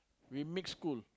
we mixed school